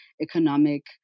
economic